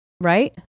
right